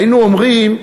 היינו אומרים: